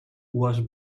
was